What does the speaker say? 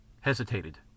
hesitated